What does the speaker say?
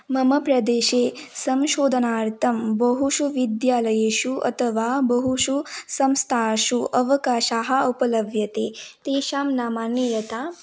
मम प्रदेशे संशोधनार्थं बहुषु विद्यालयेषु अथवा बहुषु संस्थासु अवकाशाः उपलभ्यते तेषां नामानि यथा